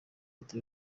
leta